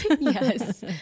Yes